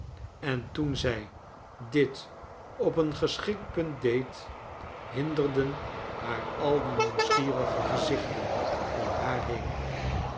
en toen zij dit op een geschikt punt deed hinderden haar al die meuwsgierige gezichten om haar heen